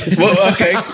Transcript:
okay